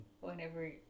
whenever